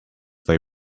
they